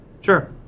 Sure